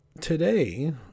today